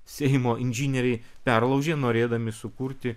seimo inžinieriai perlaužė norėdami sukurti